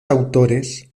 autores